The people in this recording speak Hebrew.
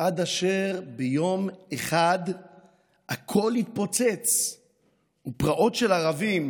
עד אשר ביום אחד הכול התפוצץ ופרעות של ערבים